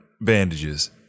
Bandages